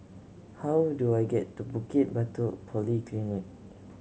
how do I get to Bukit Batok Polyclinic